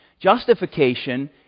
Justification